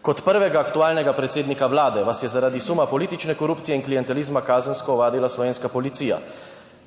Kot prvega aktualnega predsednika Vlade vas je zaradi suma politične korupcije in klientelizma kazensko ovadila slovenska policija.